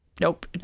Nope